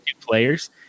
players